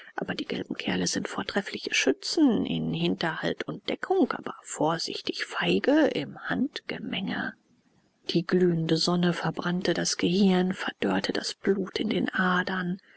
aber die gelben kerle sind vortreffliche schützen in hinterhalt und deckung aber vorsichtig feige im handgemenge die glühende sonne verbrannte das gehirn verdorrte das blut in den adern